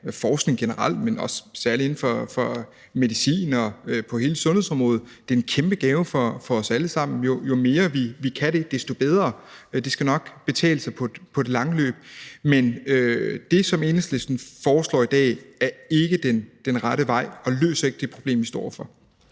forskning generelt, men også særlig inden for medicin og på hele sundhedsområdet. Det er en kæmpe gave for os alle sammen; jo mere vi kan det, desto bedre. Det skal nok betale sig i det lange løb. Men det, som Enhedslisten foreslår i dag, er ikke den rette vej, og det løser ikke det problem, vi står over